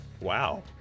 Wow